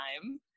time